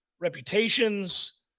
reputations